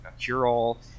cure-all